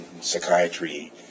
psychiatry